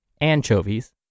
anchovies